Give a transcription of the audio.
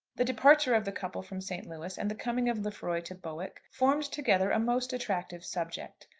the departure of the couple from st. louis and the coming of lefroy to bowick, formed together a most attractive subject.